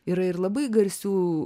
yra ir labai garsių